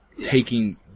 taking